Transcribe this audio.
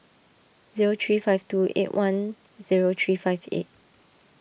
zero three five two eight one zero three five eight